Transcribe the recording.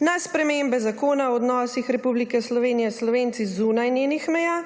na spremembe Zakona o odnosih Republike Slovenije s Slovenci zunaj njenih meja;